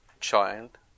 child